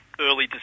early